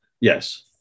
Yes